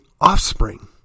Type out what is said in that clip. offspring